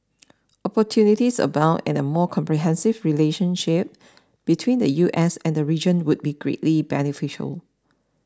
opportunities abound and a more comprehensive relationship between the U S and the region would be greatly beneficial